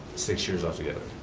six years altogether.